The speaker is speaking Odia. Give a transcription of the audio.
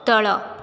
ତଳ